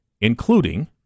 including